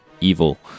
evil